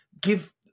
give